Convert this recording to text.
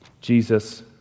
Jesus